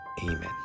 Amen